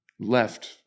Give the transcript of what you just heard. left